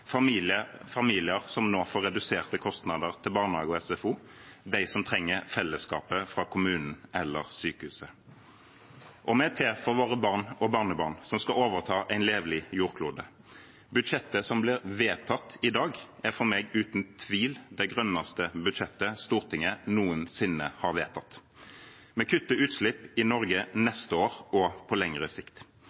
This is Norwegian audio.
familier som nå får reduserte kostnader til barnehage og SFO, de som trenger fellesskapet fra kommunen eller sykehuset. Og vi er til for våre barn og barnebarn, som skal overta en levelig jordklode. Budsjettet som blir vedtatt i dag, er for meg uten tvil det grønneste budsjettet Stortinget noensinne har vedtatt. Vi kutter utslipp i Norge neste år og på lengre sikt.